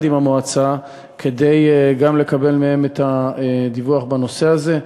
עם המועצה כדי לקבל מהם את הדיווח בנושא הזה.